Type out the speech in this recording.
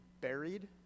buried